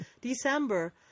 December